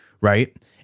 Right